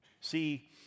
See